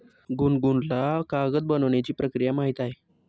गुनगुनला कागद बनवण्याची प्रक्रिया माहीत आहे